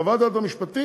חוות הדעת המשפטית